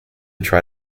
try